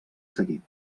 seguit